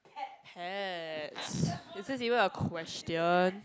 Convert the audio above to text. has is this even a question